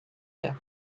det